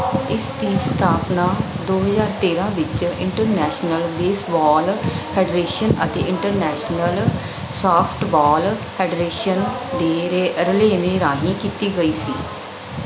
ਇਸ ਦੀ ਸਥਾਪਨਾ ਦੋ ਹਜ਼ਾਰ ਤੇਰ੍ਹਾਂ ਵਿੱਚ ਇੰਟਰਨੈਸ਼ਨਲ ਬੇਸਬਾਲ ਫੈਡਰੇਸ਼ਨ ਅਤੇ ਇੰਟਰਨੈਸ਼ਨਲ ਸਾਫਟਬਾਲ ਫੈਡਰੇਸ਼ਨ ਦੇ ਰ ਰਲੇਵੇਂ ਰਾਹੀਂ ਕੀਤੀ ਗਈ ਸੀ